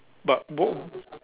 but both